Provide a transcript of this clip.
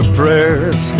prayers